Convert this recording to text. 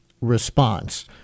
response